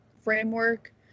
framework